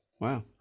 Wow